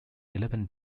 eleven